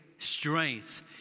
strength